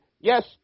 yes